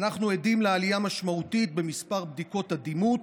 אנחנו עדים לעלייה משמעותית במספר בדיקות הדימות,